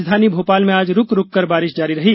राजधानी भोपाल में आज रूक रूककर बारिश जारी रही